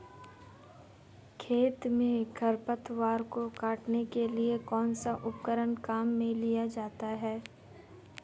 खेत में खरपतवार को काटने के लिए कौनसा उपकरण काम में लिया जाता है?